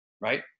Right